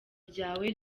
ryawe